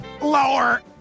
lower